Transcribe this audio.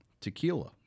tequila